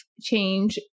change